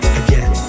again